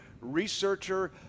researcher